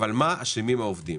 אבל מה אשמים העובדים?